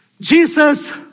Jesus